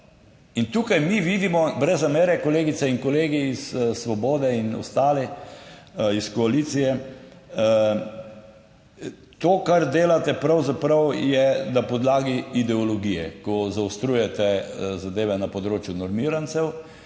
in tukaj mi vidimo, brez zamere kolegice in kolegi iz Svobode in ostali iz koalicije, to kar delate pravzaprav je na podlagi ideologije, ko zaostrujete zadeve na področju normirancev.